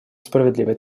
справедливой